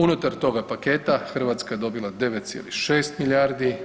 Unutar toga paketa Hrvatska je dobila 9,6 milijardi.